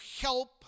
help